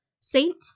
saint